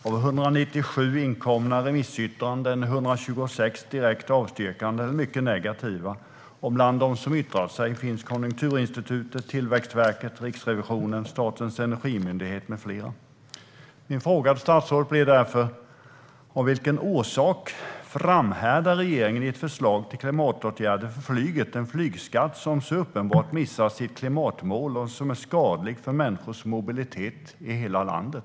Av 197 inkomna remissyttranden är 126 direkt avstyrkande och mycket negativa. Bland dem som yttrar sig finns Konjunkturinstitutet, Tillväxtverket, Riksrevisionen, Statens energimyndighet med flera. Min fråga till statsrådet blir därför: Av vilken orsak framhärdar regeringen i ett förslag till klimatåtgärder för flyget, en flygskatt som så uppenbart missar sitt klimatmål och som är skadligt för människors mobilitet i hela landet?